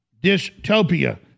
dystopia